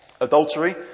Adultery